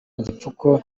igipfuko